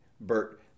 Bert